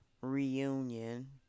reunion